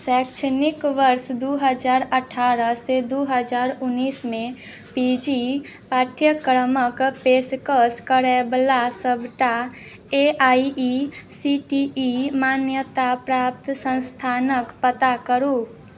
शैक्षणिक वर्ष दू हजार अठारह से दू हजार उनैसमे पी जी पाठ्यक्रमक पेशकश करैबला सबटा ए आइ ई सी टी ई मान्यताप्राप्त संस्थानक पता करु